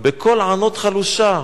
בקול ענות חלושה.